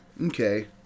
Okay